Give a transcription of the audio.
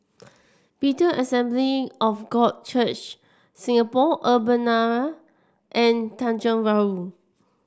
Bethel Assembly of God Church Singapore Urbana and Tanjong Rhu